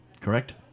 Correct